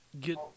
get